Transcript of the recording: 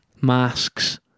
Masks